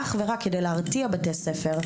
אך ורק כדי להרתיע בתי ספר,